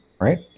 right